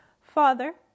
Father